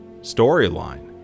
storyline